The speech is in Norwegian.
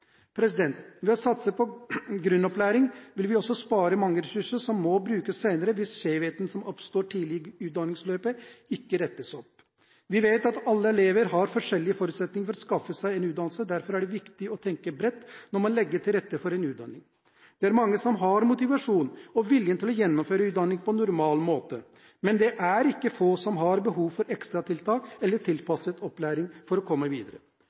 Ved å satse på grunnopplæringen vil vi også spare mange ressurser som må brukes senere hvis skjevheter som oppstår tidlig i utdanningsløpet, ikke rettes opp. Vi vet at alle elever har forskjellige forutsetninger for å skaffe seg en utdannelse. Derfor er det viktig å tenke bredt når man legger til rette for en utdanning. Det er mange som har motivasjon og vilje til å gjennomføre utdanningen på normal måte, men det er ikke få som har behov for ekstratiltak eller tilpasset opplæring for å komme videre.